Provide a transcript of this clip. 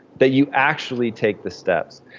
that you actually take the steps.